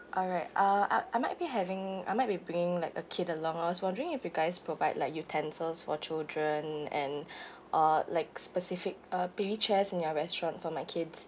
alright uh I I might be having I might be bringing like a kid along I was wondering if you guys provide like utensils for children and or like specific uh baby chairs in your restaurant for my kids